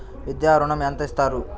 విద్యా ఋణం ఎంత ఇస్తారు?